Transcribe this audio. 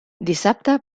dissabte